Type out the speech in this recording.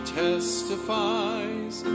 testifies